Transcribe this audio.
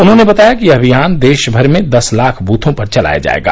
उन्होंने बताया कि यह अभियान देशभर में दस लाख बूथों पर चलाया जायेगा